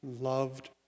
loved